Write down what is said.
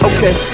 Okay